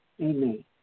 Amen